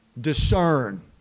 discern